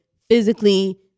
physically